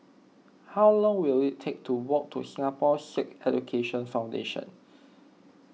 how long will it take to walk to Singapore Sikh Education Foundation